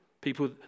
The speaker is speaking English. people